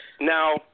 Now